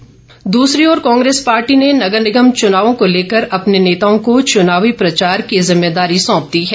कांग्रेस दूसरी ओर कांग्रेस पार्टी ने नगर निगम चुनावों को लेकर अपने नेताओं को चुनावी प्रचार की जिम्मेवारी सौंप दी हैं